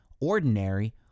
ordinary